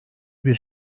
bir